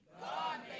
God